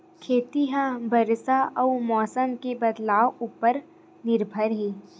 खेती हा बरसा अउ मौसम के बदलाव उपर निर्भर हे